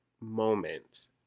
moment